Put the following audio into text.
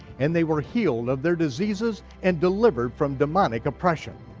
and they were healed of their diseases and delivered from demonic oppression.